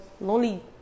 lonely